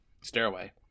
Stairway